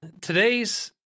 today's